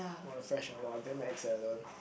!wah! fresh ah !wah! damn ex sia that one